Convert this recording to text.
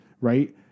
right